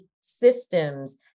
systems